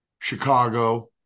Chicago